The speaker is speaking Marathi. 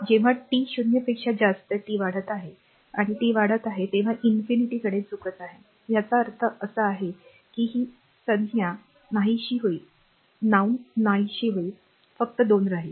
जेव्हा टी 0 पेक्षा जास्त टी वाढत आहे आणि टी वाढत आहे तेव्हा infinityअनंततेकडे झुकत आहे याचा अर्थ असा आहे की ही संज्ञा नाहीशी होईल फक्त 2 राहील